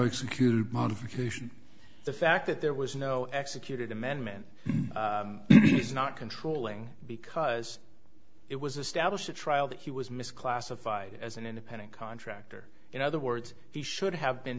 executed modification the fact that there was no executed amendment is not controlling because it was established a trial that he was mis classified as an independent contractor in other words he should have been